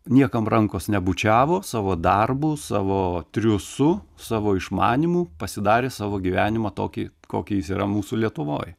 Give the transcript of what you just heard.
niekam rankos nebučiavo savo darbu savo triūsu savo išmanymu pasidarė savo gyvenimą tokį kokį jis yra mūsų lietuvoj